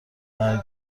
برگ